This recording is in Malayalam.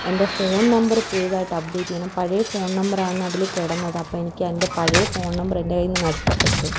എൻ്റെ ഫോൺ നമ്പറ് പുതിയതായിട്ട് അപ്പ്ഡേറ്റ് ചെയ്യണം പഴയ ഫോൺ നമ്പറാണതിൽ കിടന്നത് അപ്പം എനിക്ക് എൻ്റെ പഴയ ഫോൺ നമ്പറെൻ്റെ കയ്യീന്ന് നഷ്ടപ്പെട്ടു